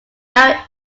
now